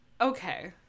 okay